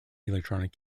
electronic